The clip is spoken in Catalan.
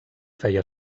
feia